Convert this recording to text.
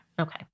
Okay